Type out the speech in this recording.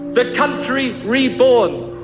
but country reborn.